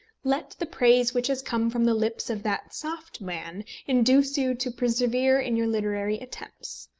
let the praise which has come from the lips of that soft man induce you to persevere in your literary attempts.